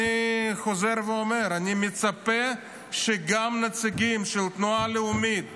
אני חוזר ואומר: אני מצפה שגם נציגים של התנועה הלאומית,